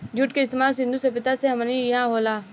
जुट के इस्तमाल सिंधु सभ्यता से हमनी इहा होला